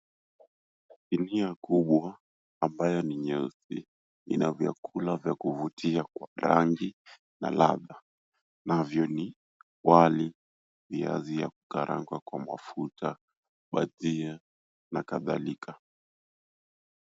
Sinia kubwa ambayo ina vyakula vya kuvuutia rangi na ladha navyo ni wali, viazi vya kukaangwa kwa mafuta bajia na kadhalika.